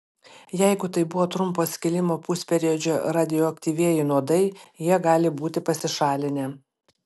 jeigu tai buvo trumpo skilimo pusperiodžio radioaktyvieji nuodai jie gali būti pasišalinę